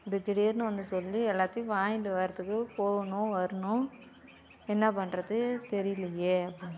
இப்படி திடிர்னு வந்து சொல்லி எல்லாத்தையும் வாங்கிட்டு வரத்துக்கு போகணும் வரணும் என்ன பண்றது தெரியலையே